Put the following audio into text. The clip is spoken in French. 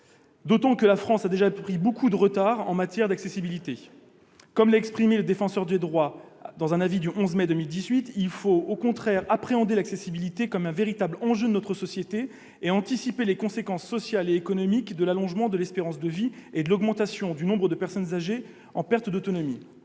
ans en 2050. La France a pris beaucoup de retard en matière d'accessibilité. Or, comme l'a relevé le Défenseur des droits dans un avis du 11 mai 2018, il faut appréhender l'accessibilité comme un véritable enjeu de notre société et anticiper les conséquences sociales et économiques de l'allongement de l'espérance de vie et de l'augmentation du nombre de personnes âgées en perte d'autonomie.